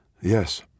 Yes